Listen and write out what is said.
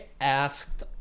asked